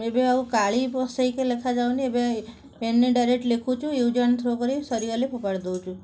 ଏବେ ଆଉ କାଳି ପଶାଇକି ଲେଖାଯାଉନି ଏବେ ପେନ୍ରେ ଡାଇରେକ୍ଟ ଲେଖୁଛୁ ୟୁଜ୍ ଆଣ୍ଡ ଥ୍ରୋ ପରି ସରିଗଲେ ଫୋପାଡ଼ି ଦେଉଛୁ